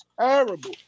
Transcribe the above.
terrible